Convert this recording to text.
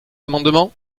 amendement